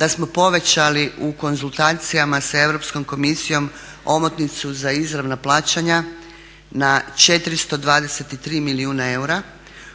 da smo povećali u konzultacijama sa Europskom komisijom omotnicu za izravna plaćanja na 423 milijuna eura